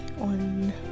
on